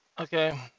okay